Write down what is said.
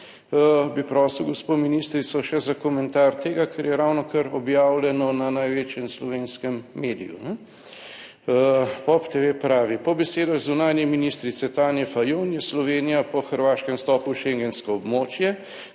bi prosil gospo ministrico še za komentar tega, kar je ravnokar objavljeno na največjem slovenskem mediju. Pop Tv, pravi »Po besedah zunanje ministrice Tanje Fajon je Slovenija po hrvaškem vstopu v schengensko območje,